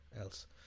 else